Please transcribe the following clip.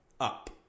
up